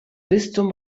bistum